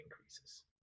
increases